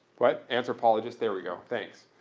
what? anthropologist. there we go. thanks.